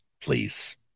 please